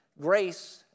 grace